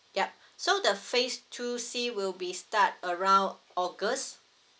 yup so the phase two C will be start around august